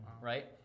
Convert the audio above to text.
right